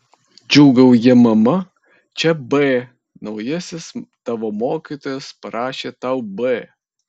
džiūgauja mama čia b naujasis tavo mokytojas parašė tau b